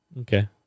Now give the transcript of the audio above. Okay